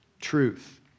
truth